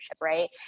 right